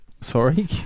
sorry